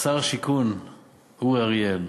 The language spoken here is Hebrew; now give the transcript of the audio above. שר השיכון אורי אריאל,